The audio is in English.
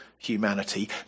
humanity